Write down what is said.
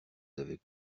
avaient